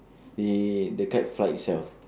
it the kite fly itself